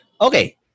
Okay